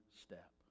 step